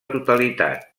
totalitat